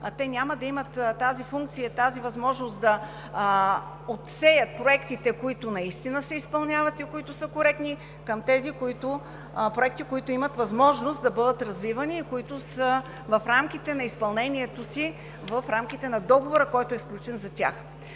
те няма да имат тази функция и възможност да отсеят проектите, които наистина се изпълняват и са коректни, от тези проекти, които имат възможност да бъдат развивани и които са в рамките на изпълнението си, в рамките на договора, който е сключен за тях.